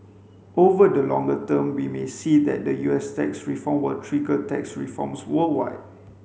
over the longer term we may see that the U S tax reform will trigger tax reforms worldwide